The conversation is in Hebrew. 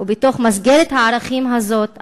מתוך מסגרת הערכים הזאת,